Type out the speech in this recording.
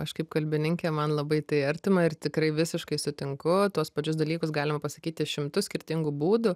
aš kaip kalbininkė man labai tai artima ir tikrai visiškai sutinku tuos pačius dalykus galima pasakyti šimtus skirtingų būdų